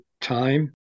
time